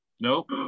Nope